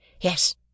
Yes